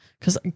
Cause